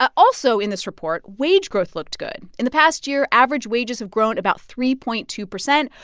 but also in this report, wage growth looked good. in the past year, average wages have grown about three point two percent,